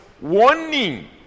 warning